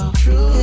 true